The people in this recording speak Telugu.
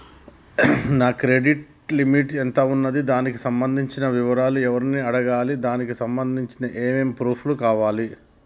నా క్రెడిట్ లిమిట్ ఎంత ఉంది? దానికి సంబంధించిన వివరాలు ఎవరిని అడగాలి? దానికి సంబంధించిన ఏమేం ప్రూఫ్స్ కావాలి?